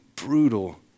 brutal